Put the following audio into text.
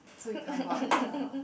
so we can't go out later ah